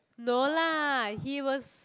no lah he was